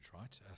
right